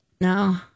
No